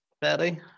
Betty